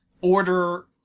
Order